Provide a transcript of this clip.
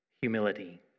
humility